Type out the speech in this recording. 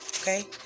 Okay